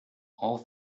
all